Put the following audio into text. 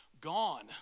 gone